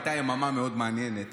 הייתה יממה מאוד מעניינת